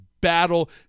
battle